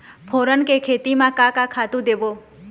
फोरन के खेती म का का खातू देबो?